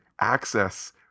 access